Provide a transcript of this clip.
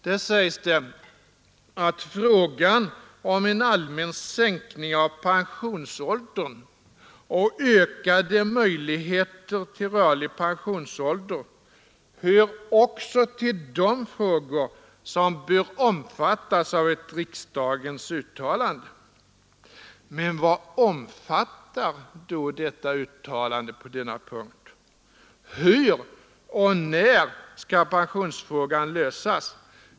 Där sägs att frågan om en allmän sänkning av pensionsåldern och ökade möjligheter till rörlig pensionsålder hör också till de frågor som bör omfattas av ett riksdagens uttalande. Men vad omfattar då detta uttalande på denna punkt? Hur och när skall pensionsfrågan lösas?